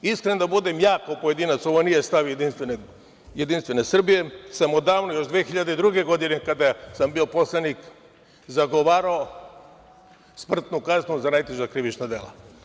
Iskren da budem, kao pojedinac, ovo nije stav JS, odavno sam, još od 2002. godine, kada sam bio poslanik, zagovarao smrtnu kaznu za najteža krivična dela.